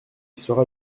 sera